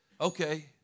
Okay